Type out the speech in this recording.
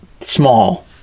small